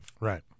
Right